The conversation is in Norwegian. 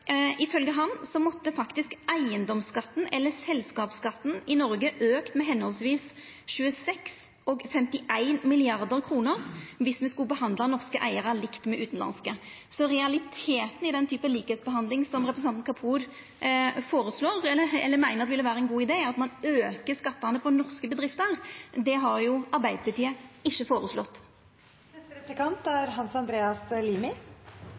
eigedomsskatten eller selskapsskatten i Noreg faktisk måtte auka med høvesvis 26 og 51 mrd. kr viss me skulle behandla norske eigarar likt med utanlandske. Så realiteten i den typen likskapsbehandling som representanten Kapur føreslår, eller meiner vil vera ein god idé, er at ein aukar skattane for norske bedrifter. Det har Arbeiderpartiet ikkje føreslått.